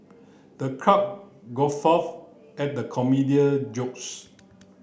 the crowd guffawed at the comedian jokes